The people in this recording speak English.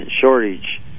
shortage